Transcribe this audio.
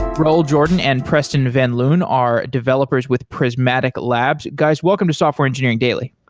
raul jordan and preston van loon are developers with prysmatic labs. guys, welcome to software engineering daily.